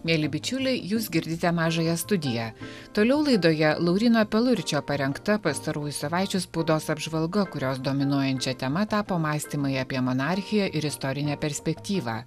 mieli bičiuliai jūs girdite mažąją studiją toliau laidoje lauryno peluričio parengta pastarųjų savaičių spaudos apžvalga kurios dominuojančia tema tapo mąstymai apie monarchiją ir istorinę perspektyvą